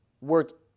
work